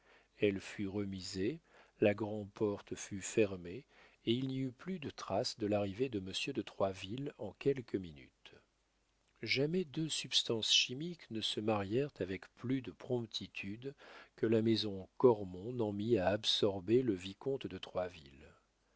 elle fut remisée la grand'porte fut fermée et il n'y eut plus de traces de l'arrivée de monsieur de troisville en quelques minutes jamais deux substances chimiques ne se marièrent avec plus de promptitude que la maison cormon n'en mit à absorber le vicomte de